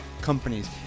companies